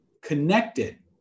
connected